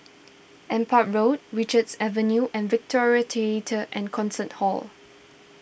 an part Road Richards Avenue and Victoria theatre and Concert Hall